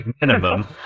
minimum